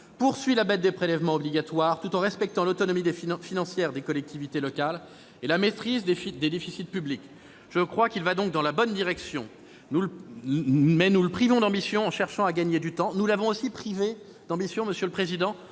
poursuit la baisse des prélèvements obligatoires, tout en respectant l'autonomie financière des collectivités locales et la maîtrise du déficit public. Je crois qu'il va donc dans la bonne direction. Mais nous le privons d'ambition en cherchant à gagner du temps. Nous l'avons aussi privé d'ambition, monsieur le président,